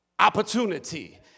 opportunity